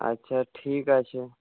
আচ্ছা ঠিক আছে